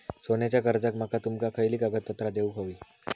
सोन्याच्या कर्जाक माका तुमका खयली कागदपत्रा देऊक व्हयी?